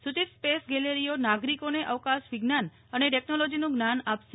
સૂચિત સ્પેસ ગેલેરીઓનાગરિકોને અવકાશ વિજ્ઞાન અને ટેકનોલોજીનું જ્ઞાન આપશે